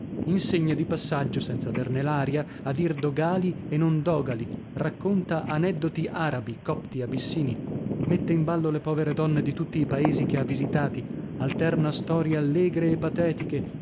insegna di passaggio senza averne l'aria a dir dogàli e non dògali racconta aneddoti arabi copti abissini mette in ballo le povere donne di tutti i paesi che ha visitati alterna storie allegre e patetiche